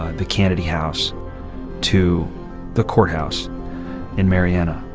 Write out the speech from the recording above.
the cannady house to the courthouse in marianna.